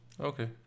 Okay